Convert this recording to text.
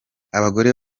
abagore